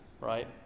right